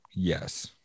Yes